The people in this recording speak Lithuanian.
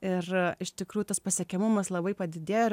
ir iš tikrųjų tas pasiekiamumas labai padidėjo ir